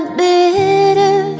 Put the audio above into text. bitter